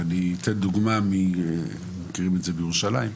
אני אתן דוגמה של שטחים פרטיים פתוחים בירושלים.